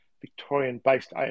Victorian-based